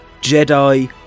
jedi